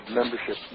membership